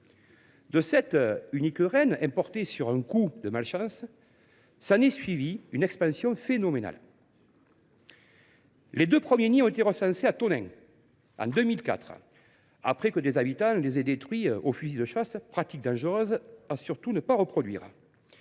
De cette unique reine, importée par malchance, a découlé une expansion phénoménale. Les deux premiers nids ont été recensés à Tonneins en 2004, après que des habitants les ont détruits au fusil de chasse, une pratique dangereuse à ne surtout pas reproduire.